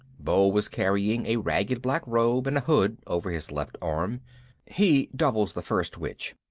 beau was carrying a ragged black robe and hood over his left arm he doubles the first witch.